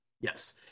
yes